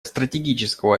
стратегического